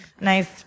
nice